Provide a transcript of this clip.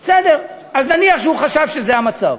בסדר, אז נניח שהוא חשב שזה המצב.